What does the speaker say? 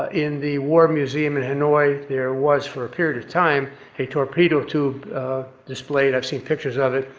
ah in the war museum in hanoi, there was for a period of time a torpedo tube displayed. i've seen pictures of it,